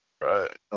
right